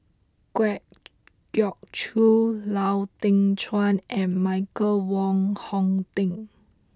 Kwa Geok Choo Lau Teng Chuan and Michael Wong Hong Teng